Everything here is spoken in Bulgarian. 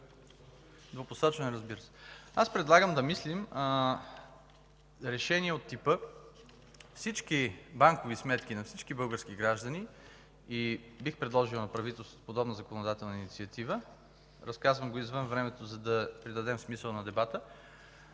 Двупосочен е, разбира се. Предлагам да мислим за решение от типа всички банкови сметки на всички български граждани, и бих предложил на правителството подобна законодателна инициатива, разказвам го извън времето, за да придадем смисъл на дебата,